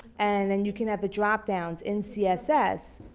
and and you can have the drop downs in css,